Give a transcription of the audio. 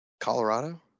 Colorado